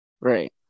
Right